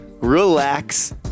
relax